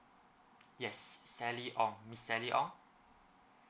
yes sally ong miss sally ong